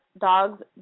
Dogs